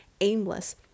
aimless